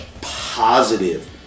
positive